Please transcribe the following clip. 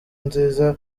nziza